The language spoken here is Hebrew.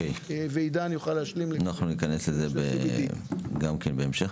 אנחנו ניכנס לזה בהמשך.